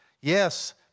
Yes